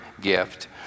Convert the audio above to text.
gift